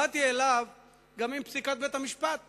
באתי אליו עם פסיקת בג"ץ